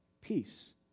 peace